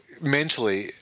mentally